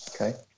Okay